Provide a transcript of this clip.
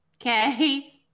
Okay